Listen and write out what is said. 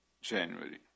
January